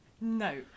No